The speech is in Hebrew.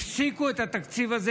הפסיקו את התקציב הזה,